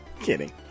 Kidding